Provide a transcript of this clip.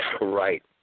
right